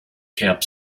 cap